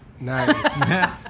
nice